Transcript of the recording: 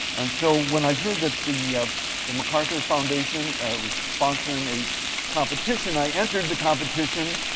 and so when i heard that the the macarthur foundation was sponsoring a competition, i entered the competition,